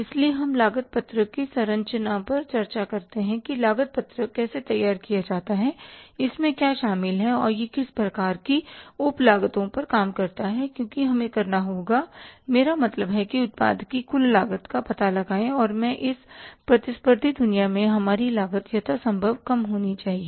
इसलिए हम लागत पत्रक की संरचना पर चर्चा करते हैं कि लागत पत्रक कैसे तैयार किया जाता है इसमें क्या शामिल है और यह किस प्रकार की उप लागतो पर काम करता है क्योंकि हमें करना होगा मेरा मतलब है कि उत्पाद की कुल लागत का पता लगाएँ और में इस प्रतिस्पर्धी दुनिया में हमारी लागत यथासंभव कम होनी चाहिए